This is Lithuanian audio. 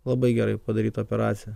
labai gerai padaryta operacija